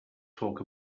talk